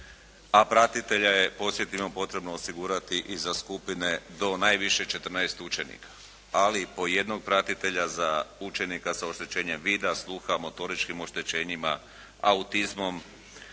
a pratitelja je, podsjetimo, potrebno osigurati i za skupine do najviše 14 učenika. Ali po jednog pratitelja za učenika sa oštećenjem vida, sluha, motoričkim oštećenjima, autizmom,